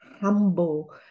humble